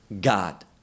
god